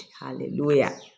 Hallelujah